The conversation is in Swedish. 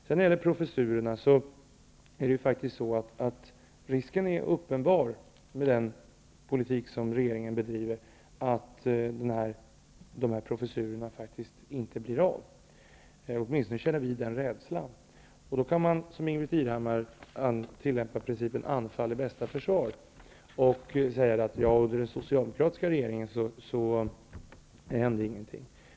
Så till professurerna. Risken är faktiskt uppenbar med den politik som regeringen bedriver att de här professurerna inte blir av. Åtminstone känner vi en sådan rädsla. Då kan man tillämpa principen anfall är bästa försvar, som Ingbritt Irhammar gör, och säga att under den socialdemokratiska regeringen hände det ju ingenting.